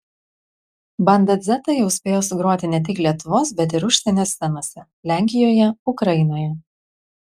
banda dzeta jau spėjo sugroti ne tik lietuvos bet ir užsienio scenose lenkijoje ukrainoje